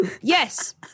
yes